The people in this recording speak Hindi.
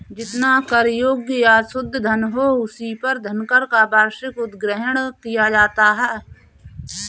जितना कर योग्य या शुद्ध धन हो, उसी पर धनकर का वार्षिक उद्ग्रहण किया जाता है